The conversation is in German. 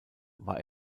war